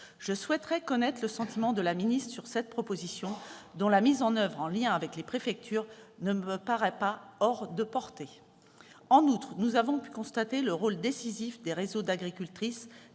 Je souhaiterais connaître le sentiment de la secrétaire d'État sur cette proposition, dont la mise en oeuvre, en lien avec les préfectures, ne me paraît pas hors de portée. En outre, nous avons pu constater le rôle décisif des réseaux d'agricultrices,